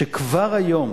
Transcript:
וכבר היום